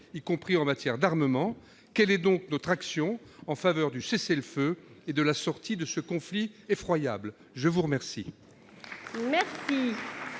y compris en matière d'armement, quelle est notre action en faveur du cessez-le-feu et de la sortie de ce conflit effroyable ? La parole